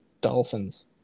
Dolphins